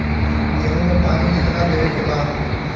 गेहूँ मे पानी कितनादेवे के बा?